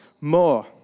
more